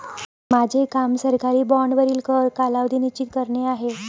माझे काम सरकारी बाँडवरील कर कालावधी निश्चित करणे आहे